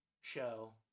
show